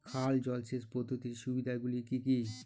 খাল জলসেচ পদ্ধতির সুবিধাগুলি কি কি?